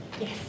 Yes